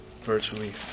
virtually